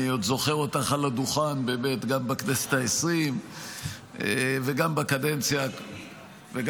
אני עוד זוכר אותך על הדוכן גם בכנסת העשרים וגם בקדנציה הקודמת,